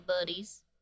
buddies